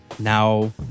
Now